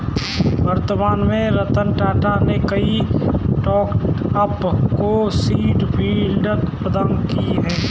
वर्तमान में रतन टाटा ने कई स्टार्टअप को सीड फंडिंग प्रदान की है